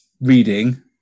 reading